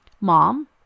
Mom